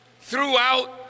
throughout